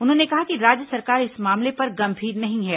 उन्होंने कहा कि राज्य सरकार इस मामले पर गंभीर नहीं है